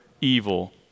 evil